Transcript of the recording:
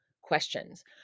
questions